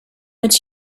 its